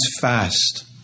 fast